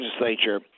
legislature